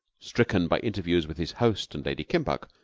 stricken by interviews with his host and lady kimbuck,